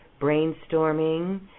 brainstorming